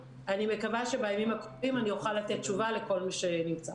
אני מקווה שבימים הקרובים אני אוכל לתת תשובה לכל מי שנמצא.